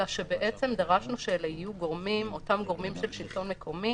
אלא שבעצם דרשנו שאלה יהיו אותם גורמים של שלטון מקומי,